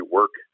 work